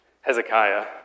Hezekiah